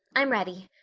i'm ready.